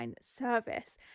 service